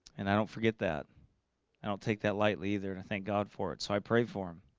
and i don't forget that and i'll take that lightly there and i thank god for it. so i prayed for him